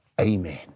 Amen